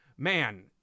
Man